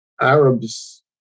Arabs